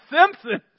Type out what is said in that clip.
Simpsons